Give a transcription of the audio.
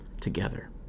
together